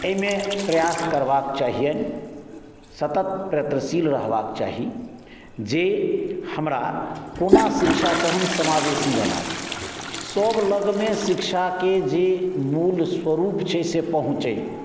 एहिमे प्रयास करबाक चहियनि सतत प्रयत्नशील रहबाक चाही जे हमरा कोना शिक्षाकेँ हम समावेशी बनाबी सभ लगमे शिक्षाके जे मूल स्वरुप छै से पहुँचै